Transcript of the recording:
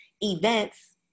events